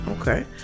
Okay